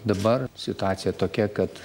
dabar situacija tokia kad